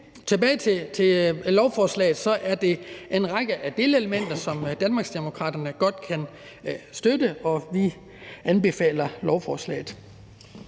tilbage til lovforslaget. Der er en række delelementer, som Danmarksdemokraterne godt kan støtte, og vi anbefaler lovforslaget.